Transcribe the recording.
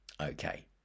Okay